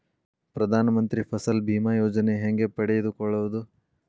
ಪ್ರಧಾನ ಮಂತ್ರಿ ಫಸಲ್ ಭೇಮಾ ಯೋಜನೆ ಹೆಂಗೆ ಪಡೆದುಕೊಳ್ಳುವುದು?